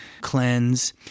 cleanse